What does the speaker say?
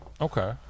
Okay